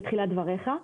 בתחילת דבריך.